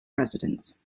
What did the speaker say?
presidents